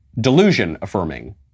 delusion-affirming